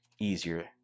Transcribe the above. easier